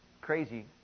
Crazy